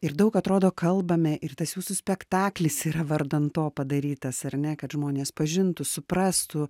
ir daug atrodo kalbame ir tas jūsų spektaklis yra vardan to padarytas ar ne kad žmonės pažintų suprastų